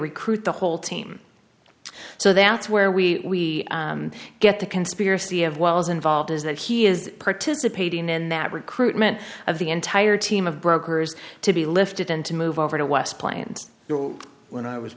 recruit the whole team so that's where we get the conspiracy of wells involved is that he is participating in that recruitment of the entire team of brokers to be lifted and to move over to west plains when i was